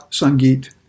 Sangeet